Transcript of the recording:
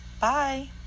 Bye